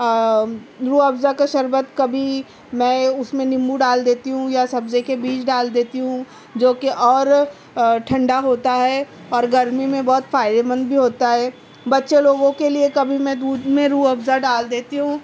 روح افزا کا شربت کبھی میں اس میں نیمبو ڈال دیتی ہوں یا سبزے کے بیج ڈال دیتی ہوں جو کہ اور ٹھنڈا ہوتا ہے اور گرمی میں بہت فائدے مند بھی ہوتا ہے بچے لوگوں کے لیے کبھی میں دودھ میں روح افزا ڈال دیتی ہوں